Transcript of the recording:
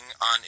on